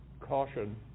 caution